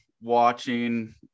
watching